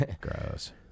Gross